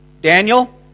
Daniel